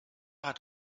hat